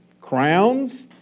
crowns